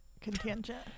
contingent